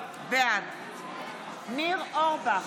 בעד ניר אורבך,